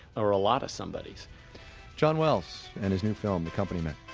or a lot of somebodies john wells, and his new film the company men.